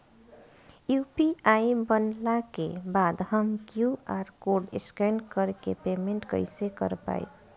UPI बनला के बाद हम क्यू.आर कोड स्कैन कर के पेमेंट कइसे कर पाएम?